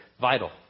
vital